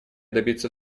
добиться